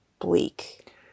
bleak